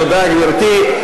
תודה, גברתי.